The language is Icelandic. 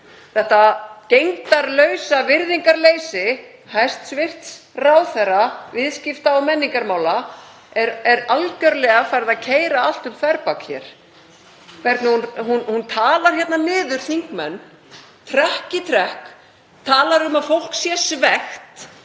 Þetta gegndarlausa virðingarleysi hæstv. ráðherra viðskipta og menningarmála er algjörlega farið að keyra um þverbak hér. Hún talar niður þingmenn trekk í trekk, talar um að fólk sé svekkt,